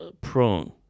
prone